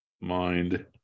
mind